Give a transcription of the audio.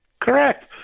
Correct